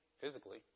physically